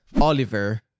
Oliver